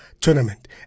Tournament